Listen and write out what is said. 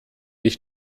ich